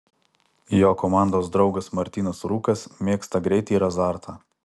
jo komandos draugas martynas rūkas mėgsta greitį ir azartą